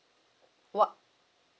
what